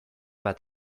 bat